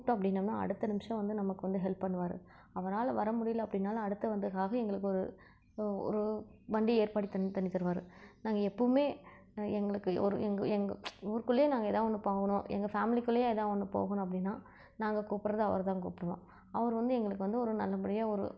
கூப்பிட்டோம் அப்படின்னா அடுத்த நிமிடம் வந்து நமக்கு வந்து ஹெல்ப் பண்ணுவார் அவரால் வர முடியல அப்படின்னாலும் அடுத்து வந்ததுக்காக எங்களுக்கு ஒரு ஒரு வண்டி ஏற்பாடு பண்ணி பண்ணித்தருவார் நாங்கள் எப்புமே எங்களுக்கு ஒரு எங்கள் எங்கள் ஊருக்குள்ளேயே நாங்கள் எதா ஒன்று போகணும் எங்கள் ஃபேம்லிக்குள்ளேயே எதாது ஒன்று போகணும் அப்படின்னா நாங்கள் கூப்பிட்றது அவரை தான் கூப்பிடுவோம் அவர் வந்து எங்களுக்கு வந்து ஒரு நல்லபடியாக ஒரு